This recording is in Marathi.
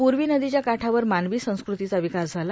पूर्वा नदोच्या काठावर मानवी संस्कृतीचा र्वकास झाला